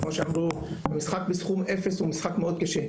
כמו שאמרו: משחק בסכום אפס הוא משחק מאוד קשה.